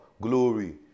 glory